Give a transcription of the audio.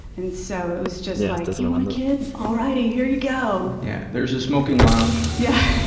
and so it was just like, you want a kid? all righty, here you go. yeah there's the smoking lounge. yeah,